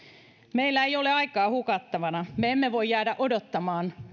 meillä ei ole aikaa hukattavana me emme voi jäädä odottamaan